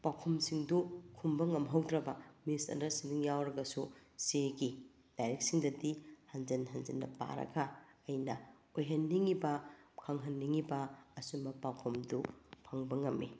ꯄꯥꯎꯈꯨꯝꯁꯤꯡꯗꯨ ꯈꯨꯝꯕ ꯉꯝꯍꯧꯗ꯭ꯔꯕ ꯃꯤꯁꯑꯟꯗꯔꯁꯇꯦꯟꯗꯤꯡ ꯌꯥꯎꯔꯒꯁꯨ ꯆꯦꯒꯤ ꯂꯥꯏꯔꯤꯛꯁꯤꯡꯗꯗꯤ ꯍꯟꯖꯤꯟ ꯍꯟꯖꯤꯟꯅ ꯄꯥꯔꯒ ꯑꯩꯅ ꯑꯣꯏꯍꯟꯅꯤꯡꯏꯕ ꯈꯪꯍꯟꯅꯤꯡꯏꯕ ꯑꯆꯨꯝꯕ ꯄꯥꯎꯈꯨꯝꯗꯨ ꯐꯪꯕ ꯉꯝꯃꯤ